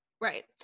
Right